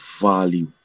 value